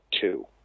two